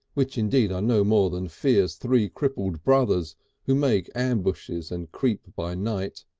which indeed are no more than fear's three crippled brothers who make ambushes and creep by night,